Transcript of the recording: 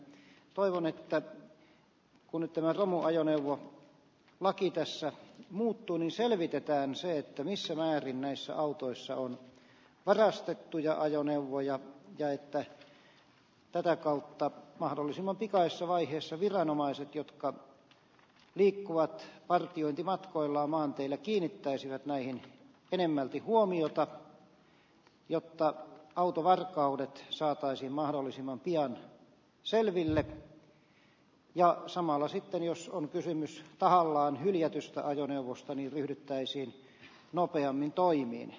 toivon että kun nyt tämä romuajoneuvolaki tässä muuttuu selvitetään se missä määrin näissä autoissa on varastettuja ajoneuvoja ja toivon että tätä kautta mahdollisimman pikaisessa vaiheessa viranomaiset jotka liikkuvat partiointimatkoillaan maanteillä kiinnittäisivät näihin enemmälti huomiota jotta autovarkaudet saataisiin mahdollisimman pian selville ja samalla sitten jos on kysymys tahallaan hyljätystä ajoneuvosta ryhdyttäisiin nopeammin toimiin